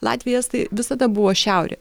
latviai estai visada buvo šiaurė